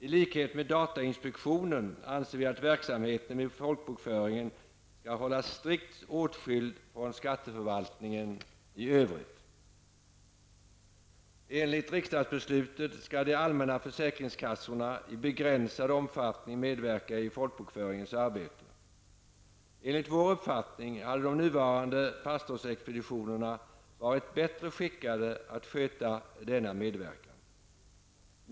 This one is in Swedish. I likhet med datainspektionen anser vi att verksamheten med folkbokföringen skall hållas strikt åtskild från skatteförvaltningen i övrigt. Enligt riksdagsbeslutet skall de allmänna försäkringskassorna i begränsad omfattning medverka i folkbokföringens arbete. Enligt vår uppfattning hade de nuvarande pastorsexpeditionerna varit bättre skickade att sköta denna medverkan.